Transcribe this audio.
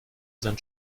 sein